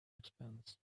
expense